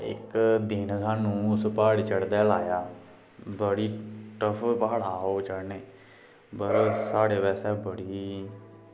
इक दिन सानूं उस प्हाड़ चढ़दे लाया बड़ी टफ प्हाड़ हा ओह् चढ़ने बड़ा साढ़े बास्तै बड़ी